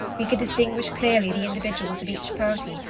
we could distinguish clearly the individuals of each party,